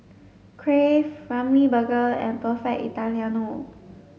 Crave Ramly Burger and Perfect Italiano